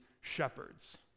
shepherds